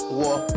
war